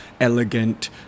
elegant